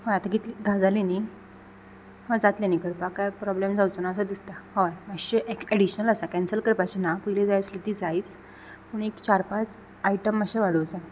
हय आतां कितलीं धा जालीं न्ही ह जातलें न्ही करपाक कांय प्रॉब्लेम जावचो नासो दिसता हय मातशें एक एडिशनल आसा कॅन्सल करपाचें ना पयली जाय आसली ती जायच पूण एक चार पांच आयटम मात्शे वाडोवं जाय